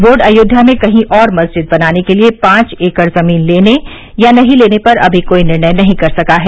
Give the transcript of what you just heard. board Ayodhya में कहीं और मस्जिद बनाने के लिये पांच एकड़ जमीन लेने या नहीं लेने पर अभी कोई निर्णय नहीं कर सका है